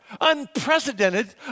unprecedented